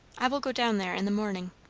i will go down there in the morning.